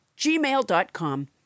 Gmail.com